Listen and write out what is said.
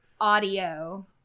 Audio